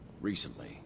recently